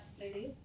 ladies